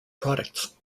products